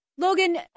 Logan